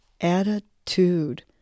attitude